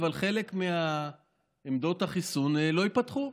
אבל חלק מעמדות החיסון לא ייפתחו.